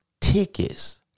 tickets